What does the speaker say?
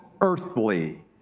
earthly